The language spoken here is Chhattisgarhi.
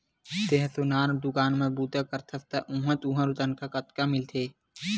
तेंहा सोनार दुकान म बूता करथस त उहां तुंहर तनखा कतका मिलथे?